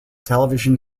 television